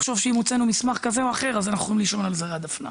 לחשוב שאם הוצאנו מסמך כזה או אחר אנחנו יכולים לישון על זרי הדפנה.